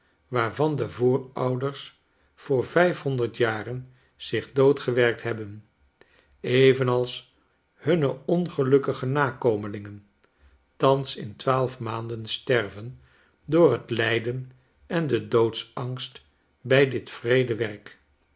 waarvan de voorouders voor vijfhonderd jaren zich doodgewerkt hebben evenals hunne ongelukkige nakomelingen thans in twaalf maanden sterven door het lijden en den doodsangst bij dit wreede werk